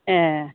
ए